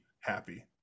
happy